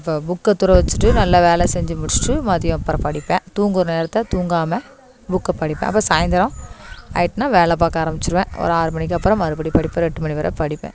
ப புக்கை தூற வச்சிட்டு நல்லா வேலை செஞ்சு முடிச்சிட்டு மதியம் அப்புறம் படிப்பேன் தூங்குகிற நேரத்தை தூங்காமல் புக்கை படிப்பேன் அப்புறம் சாயந்தரம் ஆயிட்டுனால் வேலை பார்க்க ஆரம்பிச்சிடுவேன் ஒரு ஆறு மணிக்கு அப்புறம் மறுபடியும் படிப்பேன் ஒரு எட்டு மணி வரை படிப்பேன்